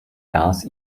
gas